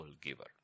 giver